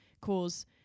cause